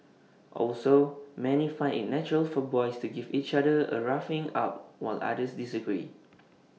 also many find IT natural for boys to give each other A roughening up while others disagree